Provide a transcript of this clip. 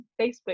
Facebook